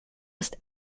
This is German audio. ist